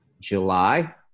July